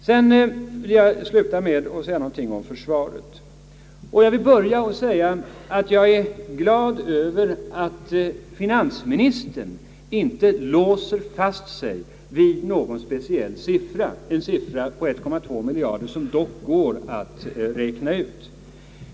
Jag vill sluta med att säga några ord om försvaret, Jag vill då börja med att förklara att jag är glad över att finansministern inte låser sig fast vid någon speciell siffra. En siffra på 1,2 miljard går dock att räkna ut.